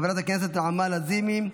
חברת הכנסת נעמה לזימי,